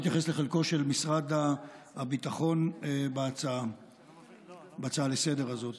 אני אתייחס לחלקו של משרד הביטחון בהצעה לסדר-היום הזאת,